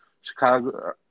Chicago